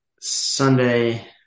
Sunday